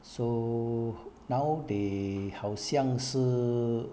so now they 好像是